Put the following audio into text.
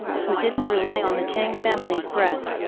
who didn't rely on the tang family's breath?